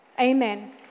amen